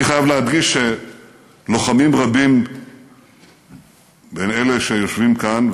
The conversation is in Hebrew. אני חייב להדגיש שלוחמים רבים בין אלה שיושבים כאן,